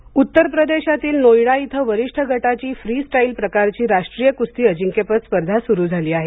कुस्ती उत्तर प्रदेशातील नोएडा इथं वरिष्ठ गटाची फ्री स्टाईल प्रकारची राष्ट्रीय कुस्ती अजिंक्यपद स्पर्धा सुरू झाली आहे